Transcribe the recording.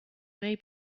may